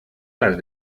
las